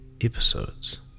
episodes